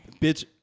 Bitch